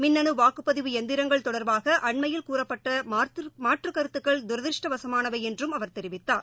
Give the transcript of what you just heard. மின்னு வாக்குப்பதிவு எந்திரங்கள் தொடர்பாக அண்மையில் கூறப்பட்ட மாற்றுக்கருத்துக்கள் தரதிருஷ்டவசமானவை என்றும் அவர் தெரிவித்தார்